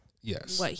yes